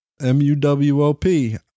M-U-W-O-P